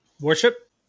worship